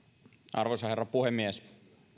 arvoisa herra puhemies